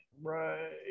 right